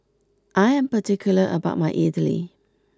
I am particular about my Idili